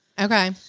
Okay